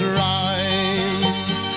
rhymes